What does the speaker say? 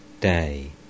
Day